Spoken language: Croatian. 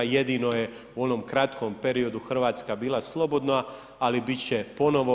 I jedino je u onom kratkom periodu Hrvatska bila slobodna ali biti će ponovno.